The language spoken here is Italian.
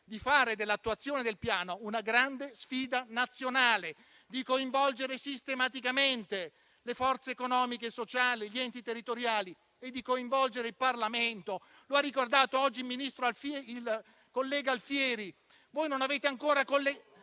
di fare dell'attuazione del Piano una grande sfida nazionale, di coinvolgere sistematicamente le forze economiche e sociali, gli enti territoriali e il Parlamento. Come ha ricordato oggi il collega Alfieri,